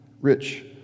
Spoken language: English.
rich